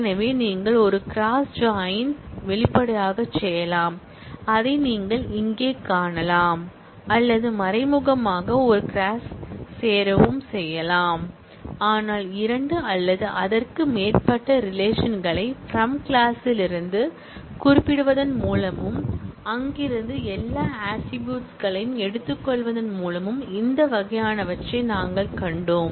எனவே நீங்கள் ஒரு கிராஸ் ஜாயின் வெளிப்படையாகச் செய்யலாம் அதை நீங்கள் இங்கே காணலாம் அல்லது மறைமுகமாக ஒரு கிராஸ் சேரவும் செய்யலாம் ஆனால் இரண்டு அல்லது அதற்கு மேற்பட்ட ரிலேஷன் களை பிரம் கிளாஸ் லிருந்து குறிப்பிடுவதன் மூலமும் அங்கிருந்து எல்லா ஆட்ரிபூட்ஸ் களையும் எடுத்துக்கொள்வதன் மூலமும் இந்த வகையானவற்றை நாங்கள் கண்டோம்